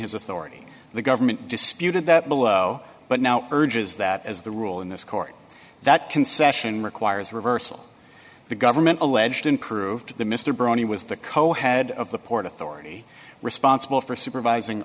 his authority the government disputed that below but now urges that as the rule in this court that concession requires reversal the government alleged improved the mr brown he was the co had of the port authority responsible for supervising